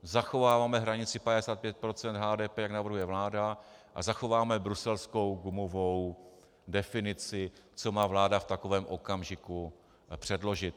Zachováváme hranici 55 % HDP, jak navrhuje vláda, a zachováme bruselskou gumovou definici, co má vláda v takovém okamžiku předložit.